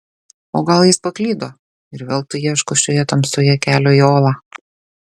o gal jis paklydo ir veltui ieško šioje tamsoje kelio į olą